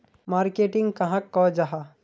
Marketing कहाक को जाहा?